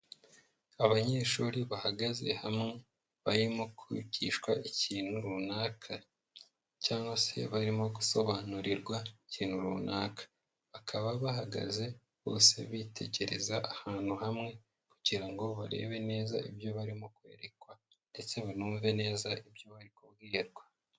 Abanyeshuri bahagaze hamwe, barimo kwigishwa ikintu runaka cyangwa se barimo gusobanurirwa ikintu runaka, bakaba bahagaze bose bitegereza ahantu hamwe kugira ngo barebe neza ibyo barimo kwerekwa ndetse banumve neza ibyo bari kubwirwa.